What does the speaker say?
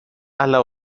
αλλά